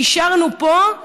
אישרנו פה,